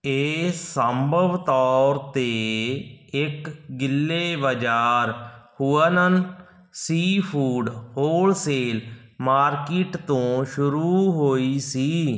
ਇਹ ਸੰਭਵ ਤੌਰ 'ਤੇ ਇੱਕ ਗਿੱਲੇ ਬਾਜ਼ਾਰ ਹੁਆਨਨ ਸੀਫੂਡ ਹੋਲਸੇਲ ਮਾਰਕੀਟ ਤੋਂ ਸ਼ੁਰੂ ਹੋਈ ਸੀ